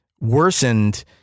worsened